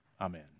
Amen